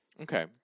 Okay